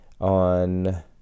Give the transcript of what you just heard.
on